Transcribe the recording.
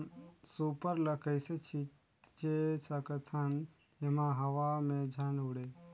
Super ल कइसे छीचे सकथन जेमा हवा मे झन उड़े?